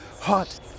hot